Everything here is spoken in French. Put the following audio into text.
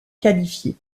qualifiées